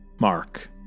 Mark